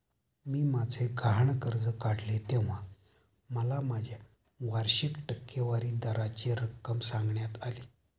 मी माझे गहाण कर्ज काढले तेव्हा मला माझ्या वार्षिक टक्केवारी दराची रक्कम सांगण्यात आली